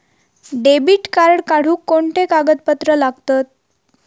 Debit card काढुक कोणते कागदपत्र लागतत?